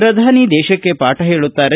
ಪ್ರಧಾನಿ ದೇಶಕ್ಕೆ ಪಾಠ ಹೇಳುತ್ತಾರೆ